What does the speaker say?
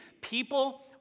people